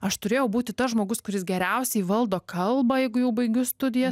aš turėjau būti tas žmogus kuris geriausiai valdo kalbą jeigu jau baigiu studijas